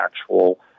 actual